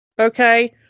Okay